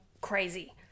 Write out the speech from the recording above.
crazy